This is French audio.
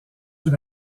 sous